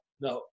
No